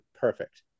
perfect